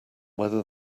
whether